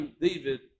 David